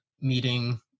meeting